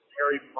Harry